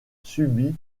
subit